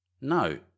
No